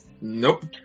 Nope